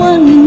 One